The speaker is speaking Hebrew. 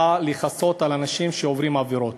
בא לכסות על אנשים שעוברים עבירות.